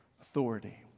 authority